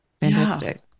fantastic